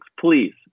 please